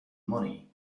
money